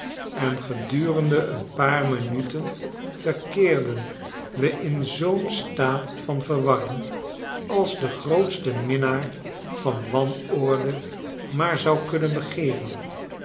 en gedurende een paar minuten verkeerden we in zoo'n staat van verwarring als de grootste minnaar van wanorde maar zou kunnen begeeren